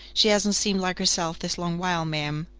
she hasn't seemed like herself this long while, ma'am.